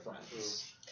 friends